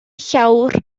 llawr